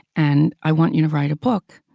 and i want you to write a book,